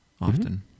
Often